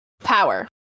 power